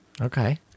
Okay